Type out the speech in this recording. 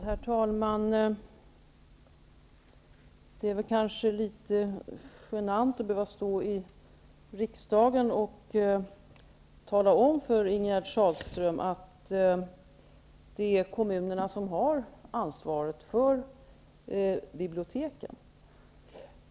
Herr talman! Det är litet genant att i riksdagen behöva tala om för Ingegerd Sahlström att det är kommunerna som har ansvaret för biblioteken.